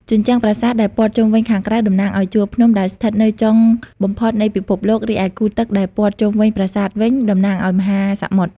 ជញ្ជាំងប្រាសាទដែលព័ទ្ធជុំវិញខាងក្រៅ តំណាងឲ្យជួរភ្នំដែលស្ថិតនៅចុងបំផុតនៃពិភពលោក រីឯគូទឹកដែលព័ទ្ធជុំវិញប្រាសាទវិញ តំណាងឲ្យមហាសមុទ្រ។